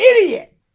idiot